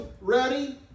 ready